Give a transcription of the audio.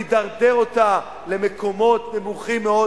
ידרדר אותה למקומות נמוכים מאוד,